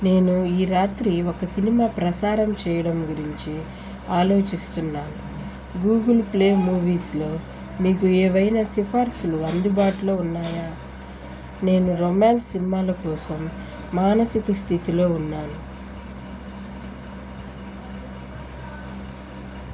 నేను ఈ రాత్రి ఒక సినిమా ప్రసారం చేయడం గురించి ఆలోచిస్తున్నాను గూగుల్ ప్లే మూవీస్లో నీకు ఏవైనా సిఫార్సులు అందుబాటులో ఉన్నాయా నేను రొమాన్స్ సినిమాల కోసం మానసిక స్థితిలో ఉన్నాను